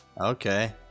Okay